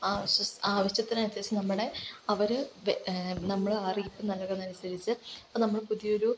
ആവശ്യ ആവശ്യത്തിനനുസരിച്ചു നമ്മുടെ അവർ വേ നമ്മളെ അറിയിപ്പു നൽകുന്നതിന് അനുസരിച്ച് അപ്പം നമ്മൾ പുതിയൊരു